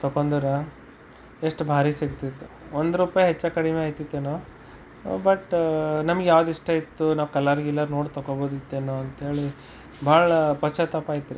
ತಗೊಂಡ್ರ ಎಷ್ಟು ಭಾರಿ ಸಿಗ್ತಿತ್ತು ಒಂದ್ರೂಪಾಯಿ ಹೆಚ್ಚು ಕಡಿಮೆ ಆಯ್ತಿತ್ತೇನೋ ಬಟ್ ನಮಗೆ ಯಾವುದು ಇಷ್ಟ ಇತ್ತು ನಾವು ಕಲರ್ ಗಿಲರ್ ನೋಡಿ ತಗೋಬೋದಿತ್ತೇನೋ ಅಂಥೇಳಿ ಬಹಳ ಪಶ್ಚಾತ್ತಾಪ ಆಯಿತು